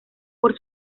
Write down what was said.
por